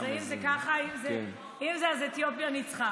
אם זה ככה, אם זה ככה, אז אתיופיה ניצחה.